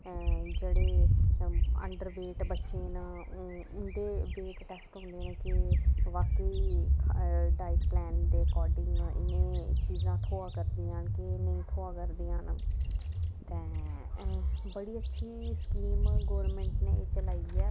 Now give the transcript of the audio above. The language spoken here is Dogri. जेह्ड़े अंडरवेट बच्चे न उंदे वेट टेस्ट होने न ते बाकी डाईट प्लान दे तैह्त उनें ई चीज़ां थ्होआ करदियां न जां नेईं थ्होआ करदियां न बड़ी अच्छी स्कीम एह् गौरमेंट नै चलाई ऐ